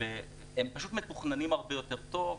הם פשוט מתוכננים הרבה יותר טוב,